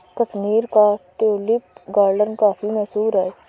कश्मीर का tulip garden काफी मशहूर है